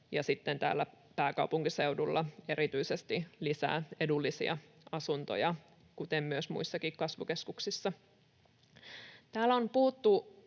pääkaupunkiseudulla erityisesti lisää edullisia asuntoja, kuten muissakin kasvukeskuksissa.